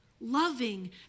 loving